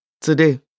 Today